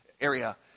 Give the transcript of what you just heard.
area